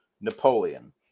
Napoleon